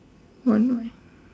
one white